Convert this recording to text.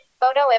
Photo